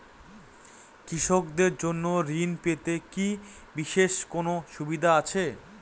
কৃষকদের জন্য ঋণ পেতে কি বিশেষ কোনো সুবিধা আছে?